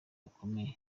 bakomeye